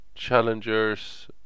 challengers